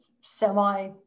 semi